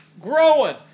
growing